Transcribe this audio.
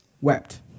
wept